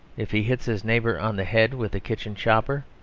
if he hits his neighbour on the head with the kitchen chopper,